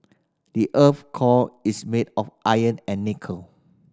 the earth's core is made of iron and nickel